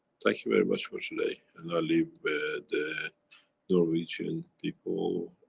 thank you very much for today, and i leave. the norwegian people,